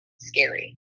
scary